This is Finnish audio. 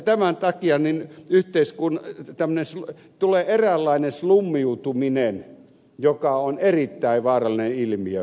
tämän takia niin yhteys kun otetaan esiin tulee eräänlainen slummiutuminen joka on erittäin vaarallinen ilmiö